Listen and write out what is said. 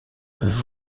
peuvent